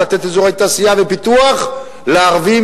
לתת אזורי תעשייה ופיתוח לערבים,